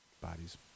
bodies